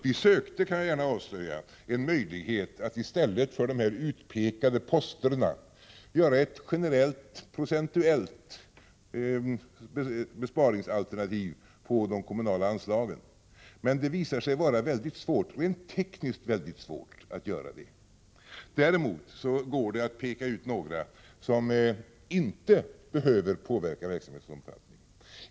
Vi sökte, kan jag avslöja, en möjlighet att i stället för dessa utpekade poster ta fram ett generellt procentuellt besparingsalternativ på de kommunala anslagen. Det visar sig emellertid vara mycket svårt rent tekniskt att göra det. Däremot går det att peka ut några som inte behöver påverka verksamhetens omfattning.